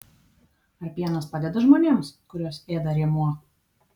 ar pienas padeda žmonėms kuriuos ėda rėmuo